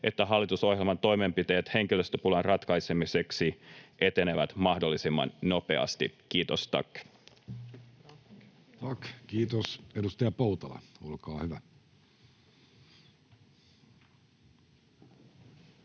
että hallitusohjelman toimenpiteet henkilöstöpulan ratkaisemiseksi etenevät mahdollisimman nopeasti. — Kiitos, tack.